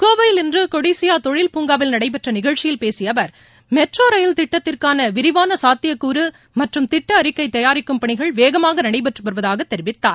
கோவையில் இன்று கொடிசியா தொழில்பூங்காவில் நடைபெற்ற நிகழ்ச்சியில் பேசிய அவர் மெட்ரோ ரயில் திட்டத்திற்கான விரிவான சாத்தியக்கூறு மற்றும் திட்ட அறிக்கை தயாரிக்கும் பணிகள் வேகமாக நடைபெற்று வருவதாக தெரிவித்தார்